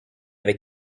avec